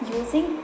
using